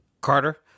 Carter